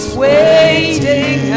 waiting